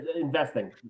investing